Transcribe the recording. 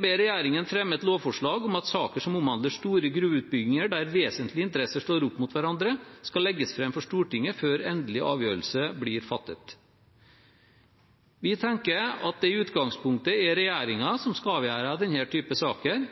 ber regjeringen fremme et lovforslag om at saker som omhandler store gruveutbygginger der vesentlige interesser stor opp mot hverandre, skal legges frem for Stortinget før endelig avgjørelse blir fattet.» Vi tenker at det i utgangspunktet er regjeringen som skal avgjøre denne typen saker,